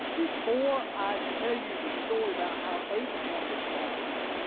before i tell you the story about how abraham responds,